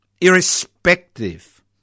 Irrespective